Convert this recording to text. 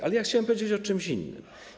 Ale chciałbym powiedzieć o czymś innym.